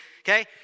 okay